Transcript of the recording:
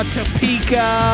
Topeka